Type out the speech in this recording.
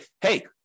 hey